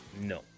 No